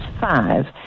five